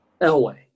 Elway